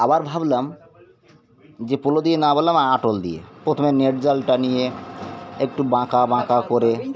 আবার ভাবলাম যে পোলো দিয়ে না বললাম আর আটল দিয়ে প্রথমে নেট জাল টা নিয়ে একটু বাঁকা বাঁকা করে